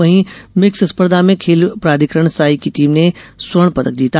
वहीं मिक्स स्पर्धा में खेल प्राधिकरण साई की टीम ने स्वर्णपदक जीता